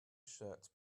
shirt